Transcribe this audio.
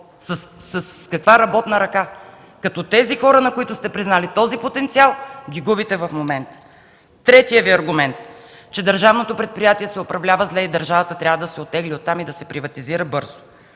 с каква работна ръка, като тези хора, на които признавате такъв потенциал, ги губите в момента. Третият Ви аргумент е, че държавното предприятие се управлява зле, държавата трябва да се оттегли оттам и то да се приватизира бързо.